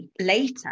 later